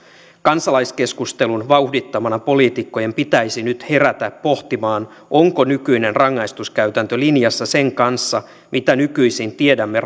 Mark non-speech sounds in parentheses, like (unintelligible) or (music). kansalaiskeskustelun vauhdittamana poliitikkojen pitäisi nyt herätä pohtimaan onko nykyinen rangaistuskäytäntö linjassa sen kanssa mitä nykyisin tiedämme (unintelligible)